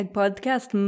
podcast